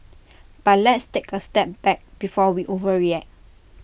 but let's take A step back before we overreact